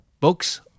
books